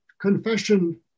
confession